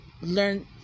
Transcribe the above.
learn